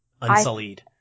unsullied